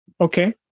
Okay